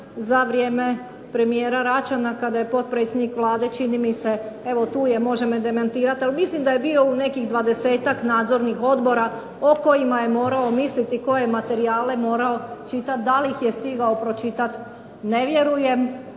za vrijeme premijera Račana kada je potpredsjednik Vlade, čini mi se, evo tu je može me demantirati, ali mislim da je bio u nekih 20-tak nadzornih odbora o kojima je morao misliti koje materijale morao čitati, da li ih je stigao pročitati, ne vjerujem